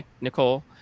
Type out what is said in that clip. Nicole